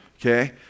okay